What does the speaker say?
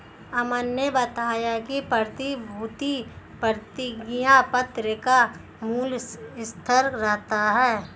अमन ने बताया कि प्रतिभूति प्रतिज्ञापत्र का मूल्य स्थिर रहता है